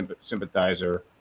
sympathizer